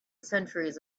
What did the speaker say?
centuries